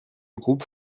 groupe